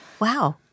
Wow